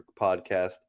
podcast